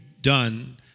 done